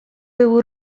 był